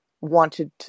wanted